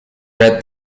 read